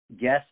guest